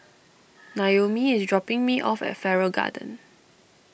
Naomi is dropping me off at Farrer Garden